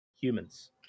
humans